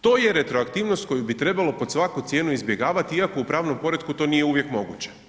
To je retroaktivnost koju bi trebalo pod svaku cijenu izbjegavati iako u pravnom poretku to nije uvijek moguće.